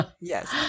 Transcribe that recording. yes